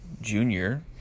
junior